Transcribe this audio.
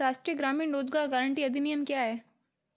राष्ट्रीय ग्रामीण रोज़गार गारंटी अधिनियम क्या है?